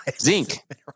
Zinc